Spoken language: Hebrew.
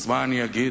אז, מה אני אגיד?